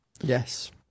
Yes